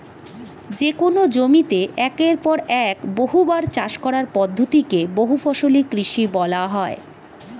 যেকোন জমিতে একের পর এক বহুবার চাষ করার পদ্ধতি কে বহুফসলি কৃষি বলা হয়